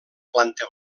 planta